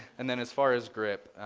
and then as far as grip,